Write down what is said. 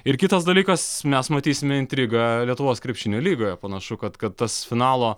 ir kitas dalykas mes matysime intrigą lietuvos krepšinio lygoje panašu kad kad tas finalo